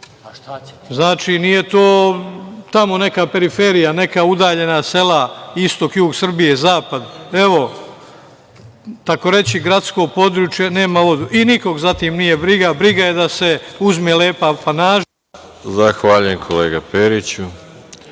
Znači, nije to tamo neka periferija, neka udaljena sela istok, jug Srbije, zapad, evo, takoreći gradsko područje nema vodu i nikog za tim nije briga. Briga je da se uzme lepa apanaža. (Isključen